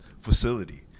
facility